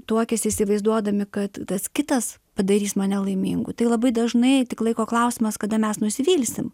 tuokiasi įsivaizduodami kad tas kitas padarys mane laimingu tai labai dažnai tik laiko klausimas kada mes nusivilsim